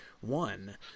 one